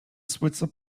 switzer